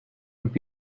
would